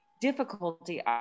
difficulty